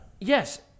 Yes